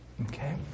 Okay